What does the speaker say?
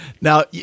now